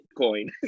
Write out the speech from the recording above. Bitcoin